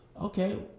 okay